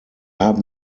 haben